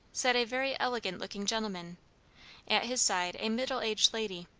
sat a very elegant-looking gentleman at his side a middle-aged lady.